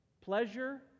pleasure